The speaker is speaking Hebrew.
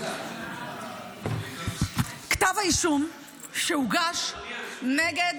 כתב האישום הוגש נגד